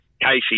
Casey